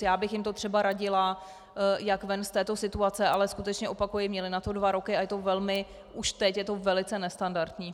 Já bych jim to třeba radila, jak ven z této situace, ale skutečně opakuji, měli na to dva roky a už teď je to velice nestandardní.